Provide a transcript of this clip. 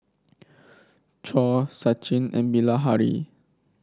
Choor Sachin and Bilahari